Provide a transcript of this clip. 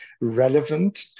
relevant